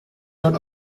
dort